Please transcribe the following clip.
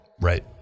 Right